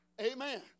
Amen